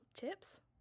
chips